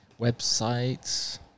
websites